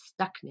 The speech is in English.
stuckness